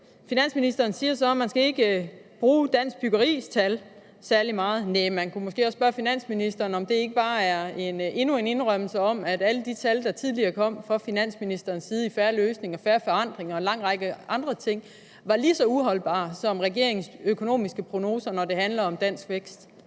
Finansministeren siger så, at man ikke skal bruge tallene fra Dansk Byggeri. Man kunne måske også spørge finansministeren, om det ikke bare er endnu en indrømmelse af, at alle de tal, der tidligere kom fra finansministeren i »En fair løsning« og »Fair forandring« og en lang række andre ting, var lige så uholdbare som regeringens økonomiske prognoser, når det handler om dansk vækst.